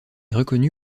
reconnu